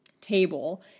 table